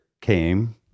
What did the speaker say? came